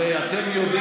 הרי אתה יודע